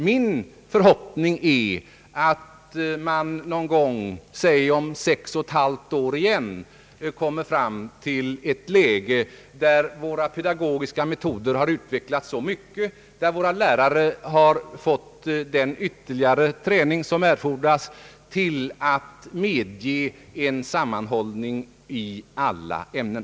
Min förhoppning är att man någon gång, låt säga om sex och ett halvt år, skall komma fram till ett läge där våra pedagogiska metoder har utvecklats så mycket och där våra lärare fått den ytterligare träning som erfordras för en sammanhållning i alla ämnen.